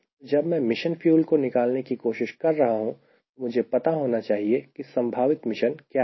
तो जब मैं मिशन फ्यूल को निकालने की कोशिश कर रहा हूं तो मुझे पता होना चाहिए की संभावित मिशन क्या है